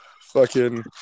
fucking-